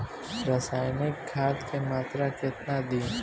रसायनिक खाद के मात्रा केतना दी?